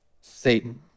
Satan